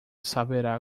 saberá